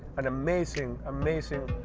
an amazing, amazing,